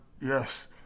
yes